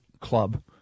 club